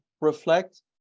reflect